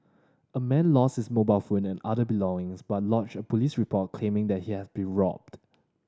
a man lost his mobile phone and other belongings but lodged a police report claiming he had been robbed